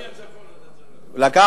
פיילוט, גם מהצפון אתה צריך לקחת.